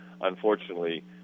unfortunately